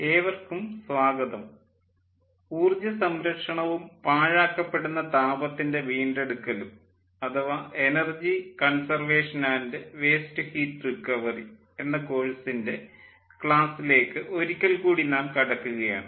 ഏവർക്കും സ്വാഗതം ഊർജ്ജ സംരക്ഷണവും പാഴാക്കപ്പെടുന്ന താപത്തിൻ്റെ വീണ്ടെടുക്കലും അഥവാ energy conservation and waste heat recovery എന്ന കോഴ്സിൻ്റെ ക്ലാസ്സിലേക്ക് ഒരിക്കൽ കൂടി നാം കടക്കുകയാണ്